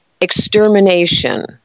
extermination